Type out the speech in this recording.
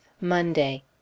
Monday